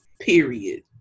period